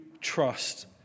trust